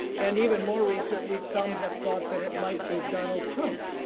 and even more recently some have thought that it might be donald trump.